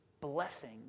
blessing